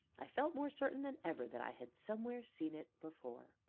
i felt more certain than ever that i had somewhere seen it before.